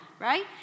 Right